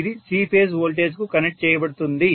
ఇది C phase వోల్టేజ్కు connect చేయబడుతుంది